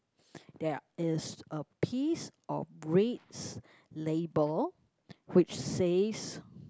there is a piece of red label which says